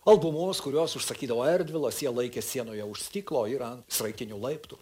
albumus kurios užsakydavo erdvilas jie laikė sienoje už stiklo ir ant sraigtinių laiptų